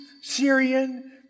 Syrian